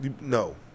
No